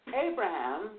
Abraham